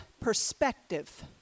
perspective